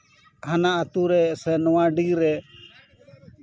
ᱦᱟᱱᱟ ᱟᱛᱩᱨᱮ ᱥᱮ ᱱᱚᱣᱟ ᱰᱤ ᱨᱮ